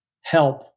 help